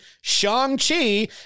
Shang-Chi